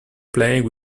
playing